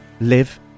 live